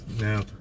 now